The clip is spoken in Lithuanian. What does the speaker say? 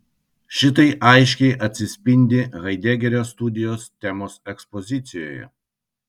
šitai aiškiai atsispindi haidegerio studijos temos ekspozicijoje